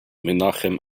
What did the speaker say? menachem